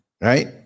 Right